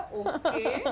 okay